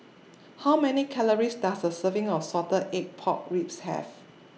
How Many Calories Does A Serving of Salted Egg Pork Ribs Have